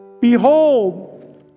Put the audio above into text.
Behold